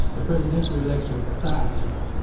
the presidential election was a sideshow.